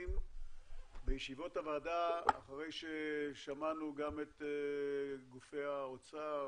מתכנסים בישיבות הוועדה אחרי שגם שמענו את גופי האוצר,